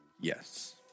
Yes